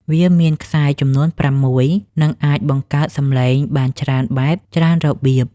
វាមានខ្សែចំនួនប្រាំមួយ និងអាចបង្កើតសំឡេងបានច្រើនបែបច្រើនរបៀប។